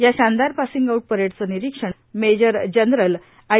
या शानदार passing out परेडचं निरीक्षण मेजर जनरल आई